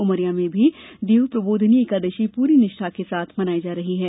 उमरिया में भी देव प्रबोधिनी एकादशी पूरी निष्ठा के साथ मनाई जा रही है